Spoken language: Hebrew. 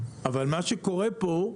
אבל מה שקורה פה,